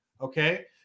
Okay